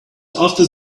after